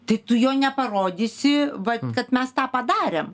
tai tu jo neparodysi vat kad mes tą padarėm